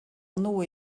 nwy